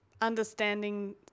understanding